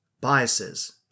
biases